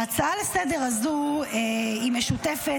ההצעה לסדר-היום הזו משותפת,